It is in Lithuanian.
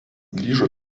grįžo